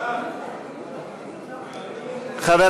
הצעת סיעת המחנה הציוני להביע אי-אמון בממשלה לא נתקבלה.